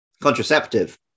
contraceptive